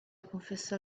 confessò